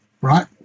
Right